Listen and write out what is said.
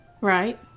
Right